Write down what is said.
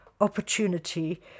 opportunity